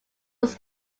was